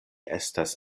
estas